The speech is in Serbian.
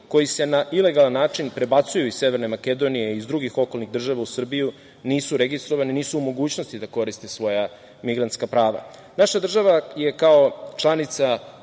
koji se na ilegalan način prebacuju iz Severne Makedonije iz drugih okolnih država u Srbiju, nisu registrovani, nisu u mogućnosti da koriste svoja migrantska prava. Naša država je kao članica